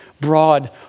broad